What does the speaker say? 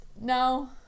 no